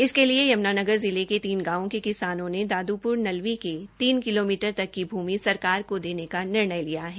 इसके लिए यमुनानगर जिले के तीन गांवों के किसानों ने दादूपुर नलवी के तीन किलोमीटर तक की भूमि सरकार को देने का निर्णय लिया है